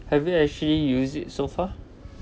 have you actually use it so far